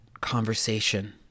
conversation